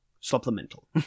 Supplemental